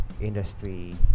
Industry